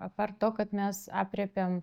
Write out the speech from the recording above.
apart to kad mes aprėpiam